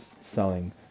Selling